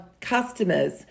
customers